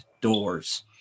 doors